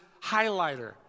highlighter